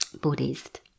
Buddhist